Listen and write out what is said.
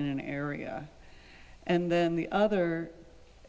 in an area and then the other